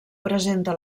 presenta